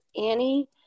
Annie